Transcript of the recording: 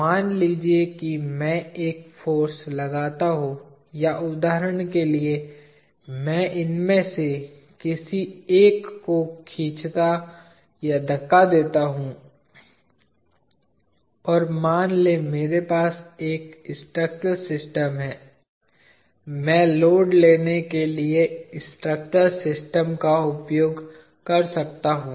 मान लीजिए कि मैं एक फाॅर्स लगाता हूं या उदाहरण के लिए मैं इनमें से किसी एक जोड़ को खींचता या धक्का देता हूं और मेरे पास एक स्ट्रक्चर सिस्टम है मैं लोड लेने के लिए स्ट्रक्चरल सिस्टम का उपयोग कर सकता हूं